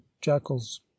jackals